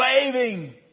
waving